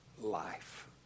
life